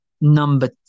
Number